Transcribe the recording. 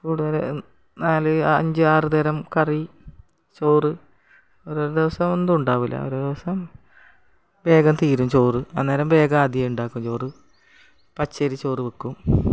കൂടുതൽ നാല് അഞ്ച് ആറ് തരം കറി ചോറ് ഓരോരോ ദിവസം ഒന്നും ഉണ്ടാകില്ല ഒരു ദിവസം വേഗം തീരും ചോറ് അന്നേരം വേഗം ആദ്യമുണ്ടാക്കും ചോറ് പച്ചരിച്ചോറ് വെക്കും